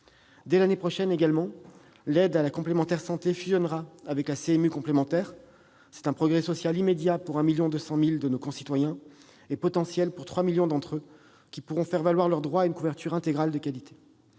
Dès l'année prochaine, l'aide à la complémentaire santé fusionnera avec la CMU complémentaire. C'est un progrès social immédiat pour 1,2 million de nos concitoyens, et un progrès potentiel pour 3 millions d'entre eux, qui pourront faire valoir leur droit à une couverture intégrale de qualité.